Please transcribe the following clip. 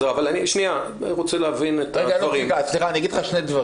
סליחה, אני אגיד לך שני דברים.